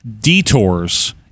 detours